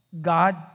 God